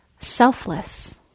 selfless